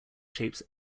shapes